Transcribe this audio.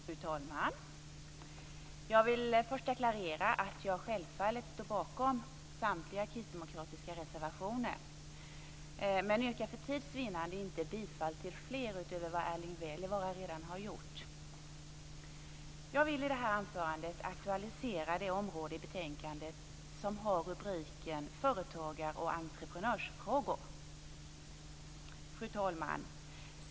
Fru talman! Jag vill först deklarera att jag självfallet står bakom samtliga kristdemokratiska reservationer, men yrkar för tids vinnande inte bifall till fler utöver vad Erling Wälivaara redan har gjort. Jag vill i det här anförandet aktualisera det område i betänkandet som har rubriken Företagar och entreprenörsfrågor. Fru talman!